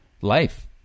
life